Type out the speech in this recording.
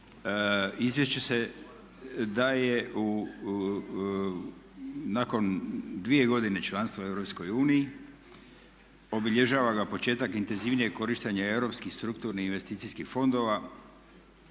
Izvješće se daje nakon dvije godine članstva u EU. Obilježava ga početak intenzivnijeg korištenja europskih strukturnih investicijskih fondova.